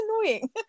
annoying